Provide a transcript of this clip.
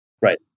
Right